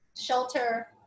shelter